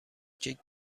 کیک